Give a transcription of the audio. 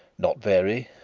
not very,